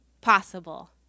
possible